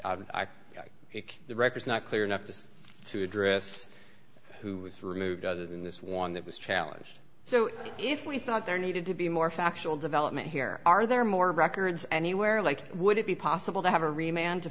think the records not clear enough just to address who was removed other than this one that was challenged so if we thought there needed to be more factual development here are there more records anywhere like would it be possible to have a